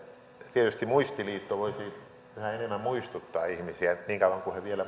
tietysti muistiliitto voisi vähän enemmän muistuttaa ihmisiä niin kauan kuin he vielä